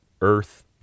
Earth